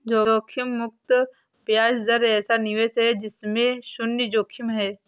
जोखिम मुक्त ब्याज दर ऐसा निवेश है जिसमें शुन्य जोखिम है